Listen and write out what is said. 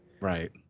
right